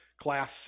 class